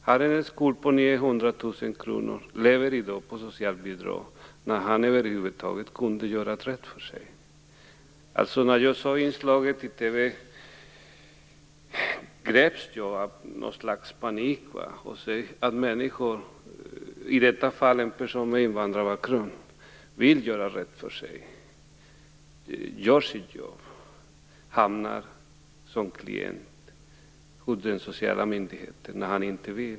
Han har en skuld på 900 000 kr och lever i dag på socialbidrag fast han hade kunnat göra rätt för sig. Som jag sade i inslaget i TV greps jag av något slags panik över att människor - i detta fall en person med invandrarbakgrund - som vill göra rätt för sig och gör sitt jobb hamnar som klienter hos den sociala myndigheten.